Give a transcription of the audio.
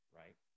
right